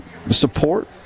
support